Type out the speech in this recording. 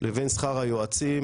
לבין שכר היועצים,